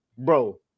bro